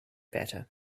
better